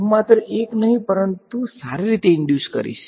હું માત્ર એક નહીં પરંતુ સારી રીતે ઈંડ્યુસ કરીશ